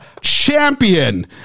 champion